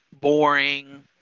boring—